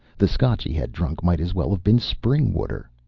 the scotch he had drunk might as well have been spring-water.